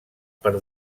per